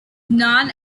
known